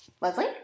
leslie